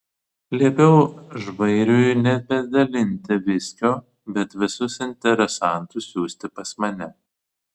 liepiau žvairiui nebedalinti viskio bet visus interesantus siųsti pas mane